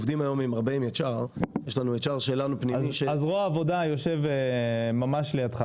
אז זרוע העבודה יושב ממש לידך.